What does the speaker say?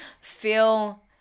Feel